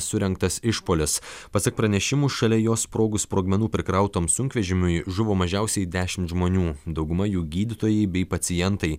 surengtas išpuolis pasak pranešimų šalia jo sprogus sprogmenų prikrautam sunkvežimiui žuvo mažiausiai dešimt žmonių dauguma jų gydytojai bei pacientai